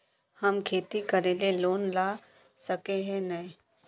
हम खेती करे ले लोन ला सके है नय?